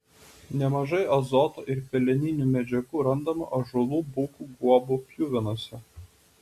nemažai azoto ir peleninių medžiagų randama ąžuolų bukų guobų pjuvenose